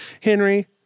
Henry